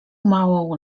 małą